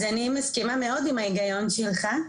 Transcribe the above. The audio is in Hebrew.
אז אני מסכימה מאוד עם ההיגיון שלך,